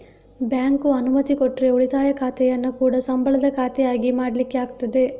bank ಅನುಮತಿ ಕೊಟ್ರೆ ಉಳಿತಾಯ ಖಾತೆಯನ್ನ ಕೂಡಾ ಸಂಬಳದ ಖಾತೆ ಆಗಿ ಮಾಡ್ಲಿಕ್ಕೆ ಆಗ್ತದೆ